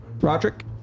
Roderick